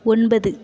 ஒன்பது